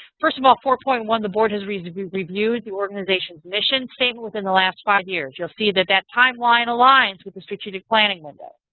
first of all, four point one, the board has basically reviewed the organization's mission statement within the last five years. you will see that that timeline aligns with the strategic planning window.